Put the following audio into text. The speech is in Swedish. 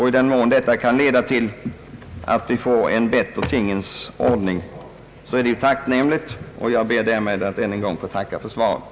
I den mån detta kan leda till att vi får en bättre tingens ordning är det tacknämligt, och jag ber därmed än en gång att få tacka för svaret.